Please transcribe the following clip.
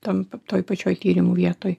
tam toj pačioj tyrimų vietoj